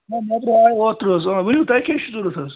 تُہٕنٛز مدر آے اوترٕ حظ ؤنو تۄہہِ کیٛاہ چھُو ضروٗرت حظ